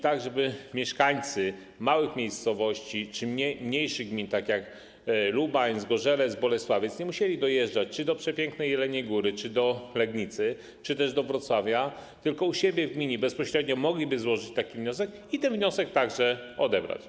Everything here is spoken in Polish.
Tak żeby mieszkańcy małych miejscowości czy mniejszych gmin, takich jak Lubań, Zgorzelec, Bolesławiec, nie musieli dojeżdżać czy do przepięknej Jeleniej Góry, czy do Legnicy, czy też do Wrocławia, tylko u siebie w gminie bezpośrednio mogli złożyć taki wniosek i ten wniosek także odebrać.